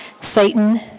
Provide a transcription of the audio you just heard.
Satan